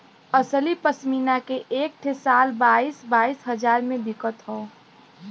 असली पश्मीना के एक ठे शाल बाईस बाईस हजार मे बिकत हौ